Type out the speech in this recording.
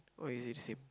or is it the same